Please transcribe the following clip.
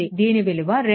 దీని విలువ 2ix